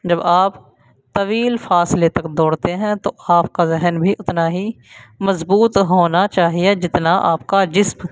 جب آپ طویل فاصلے تک دوڑتے ہیں تو آپ کا ذہن بھی اتنا ہی مضبوط ہونا چاہیے جتنا آپ کا جسم